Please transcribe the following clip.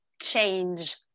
change